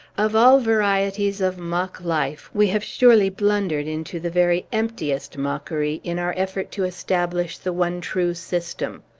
of all varieties of mock-life, we have surely blundered into the very emptiest mockery in our effort to establish the one true system.